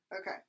Okay